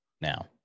now